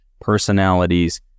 personalities